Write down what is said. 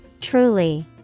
Truly